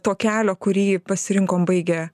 to kelio kurį pasirinkom baigę